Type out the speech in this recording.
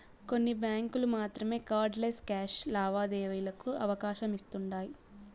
కొన్ని బ్యాంకులు మాత్రమే కార్డ్ లెస్ క్యాష్ లావాదేవీలకి అవకాశమిస్తుండాయ్